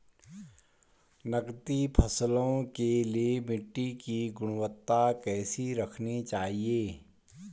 नकदी फसलों के लिए मिट्टी की गुणवत्ता कैसी रखनी चाहिए?